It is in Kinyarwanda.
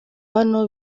hano